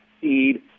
seed